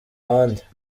ahandi